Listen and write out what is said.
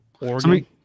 Oregon